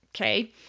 okay